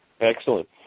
Excellent